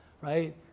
right